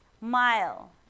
mile